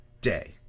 day